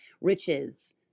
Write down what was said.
riches